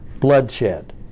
bloodshed